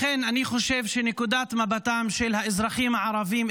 לכן אני חושב שנקודת מבטם של האזרחים הערבים,